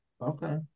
Okay